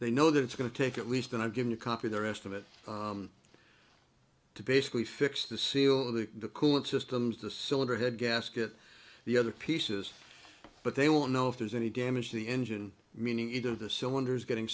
they know that it's going to take at least that i've given a copy the rest of it to basically fix the seal of the coolant systems the cylinder head gasket the other pieces but they will know if there's any damage to the engine meaning either the cylinders getting